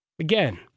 Again